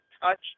touch